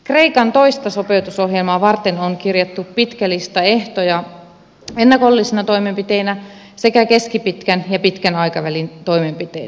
kreikan toista sopeutusohjelmaa varten on kirjattu pitkä lista ehtoja ennakollisina toimenpiteinä sekä keskipitkän ja pitkän aikavälin toimenpiteinä